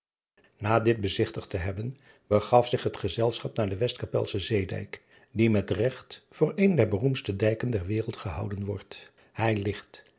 a dit bezigtigd te hebben begaf zich het gezelschap naar den estkappelschen eedijk die met regt voor een der beroemdste dijken der wereld gehouden word ij ligt